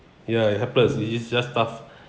ya you helpless it is just tough